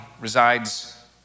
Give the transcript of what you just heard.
resides